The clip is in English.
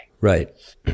Right